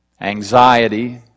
anxiety